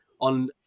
on